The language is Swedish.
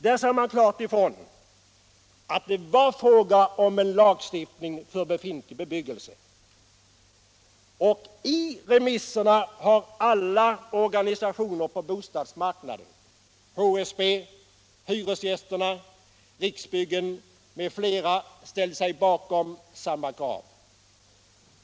Där sade man klart ifrån att det var fråga om en lagstiftning för befintlig bebyggelse. I remisserna har alla organisationer på bostadsmarknaden — HSB, Hyresgästerna, Riksbyggen m.fl. — ställt sig bakom samma krav.